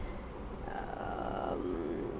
um